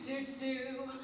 they do